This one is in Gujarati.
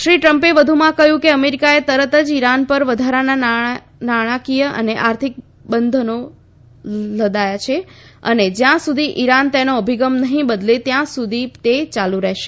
શ્રી ટ્રમ્પે વધુમાં કહ્યું કે અમેરિકાએ તરત જ ઇરાન પર વધારાના નાણાંકીય અને આર્થિક બંધનો લાદયા છે અને જ્યાં સુધી ઇરાન તેનો અભિગમ નહીં બદલે ત્યાં સુધી તે યાલુ રહેશે